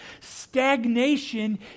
stagnation